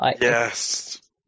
Yes